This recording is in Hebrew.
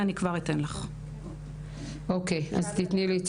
כבר אתן לך את הנתונים האלה.